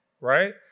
right